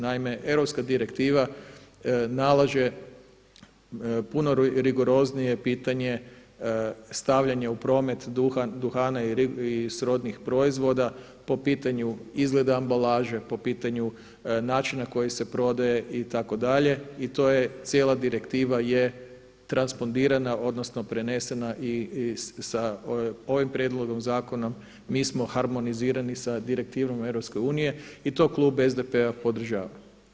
Naime, europska direktiva nalaže puno rigoroznije pitanje stavljanje u promet duhan, duhana i srodnih proizvoda po pitanju izgleda ambalaže, po pitanju načina na koji se prodaje itd. i cijela direktiva je transponirana odnosno prenesena sa ovim prijedlogom zakona mi smo harmonizirani sa direktivom EU i to klub SDP-a podržava.